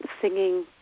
singing